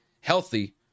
healthy